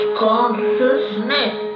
consciousness